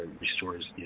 restores